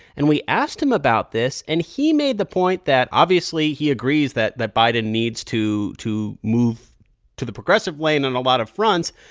and we asked him about this. and he made the point that, obviously, he agrees that that biden needs to to move to the progressive lane on a lot of fronts,